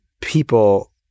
People